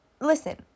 listen